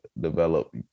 develop